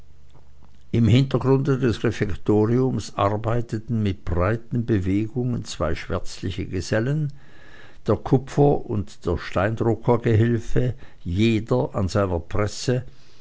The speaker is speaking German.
im hintergrunde des refektoriums arbeiteten mit breiten bewegungen zwei schwärzliche gesellen der kupfer und der steindruckergehilfe jeder an seiner presse